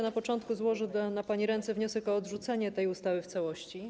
Na początku złożę na pani ręce wniosek o odrzucenie tej ustawy w całości.